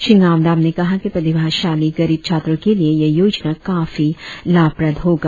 श्री ङादम ने कहा कि प्रतिभाशाली गरीब छात्रों के लिए यह योजना काफी लाभप्रद होगा